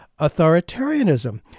authoritarianism